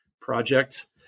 project